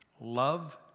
love